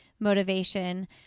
motivation